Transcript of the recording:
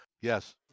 Yes